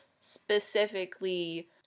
specifically